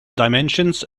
dimensions